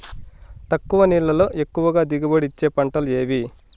తక్కువ నీళ్లతో ఎక్కువగా దిగుబడి ఇచ్చే పంటలు ఏవి?